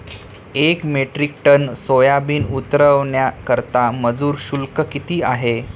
एक metric ton soybean उतरवण्याकरता मजूर शुल्क किती आहे?